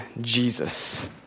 Jesus